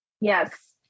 Yes